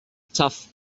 tough